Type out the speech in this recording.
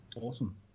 Awesome